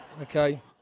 Okay